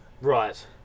right